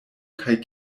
kaj